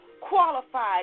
qualified